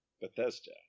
Bethesda